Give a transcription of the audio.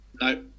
No